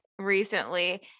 recently